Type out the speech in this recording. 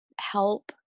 help